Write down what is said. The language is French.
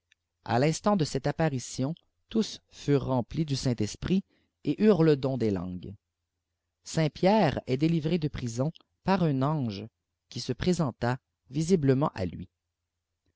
a l'instant de cette apparition tous furent remplis du saint-esprit et eurent le don des langues saint pierre est délivré de prison par un ange qui se présenta visiblement à lui